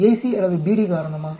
AC அல்லது BD காரணமா